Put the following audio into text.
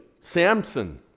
Samson